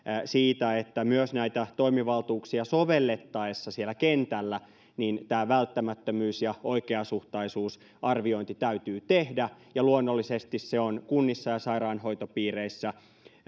siitä että myös näitä toimivaltuuksia sovellettaessa siellä kentällä välttämättömyys ja oikeasuhtaisuusarviointi täytyy tehdä luonnollisesti se on kunnissa ja sairaanhoitopiireissä